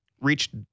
reached